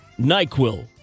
NyQuil